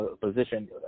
position